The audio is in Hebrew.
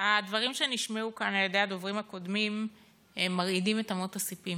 הדברים שנשמעו כאן על ידי הדוברים הקודמים מרעידים את אמות הסיפים.